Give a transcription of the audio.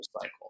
cycle